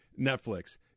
Netflix